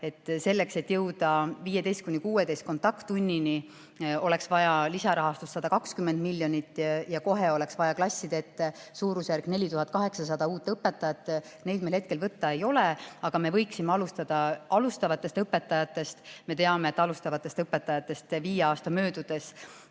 selleks, et jõuda 15–16 kontakttunnini, oleks vaja lisarahastust 120 miljonit ja kohe oleks vaja klassi ette suurusjärgus 4800 uut õpetajat. Neid meil hetkel võtta ei ole. Aga me võiksime alustada alustavatest õpetajatest. Me teame, et alustavatest õpetajatest on viie aasta möödudes vähem